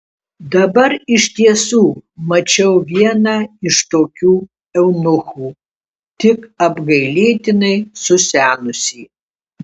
dabar iš tiesų mačiau vieną iš tokių eunuchų tik apgailėtinai susenusį